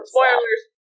Spoilers